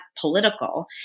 political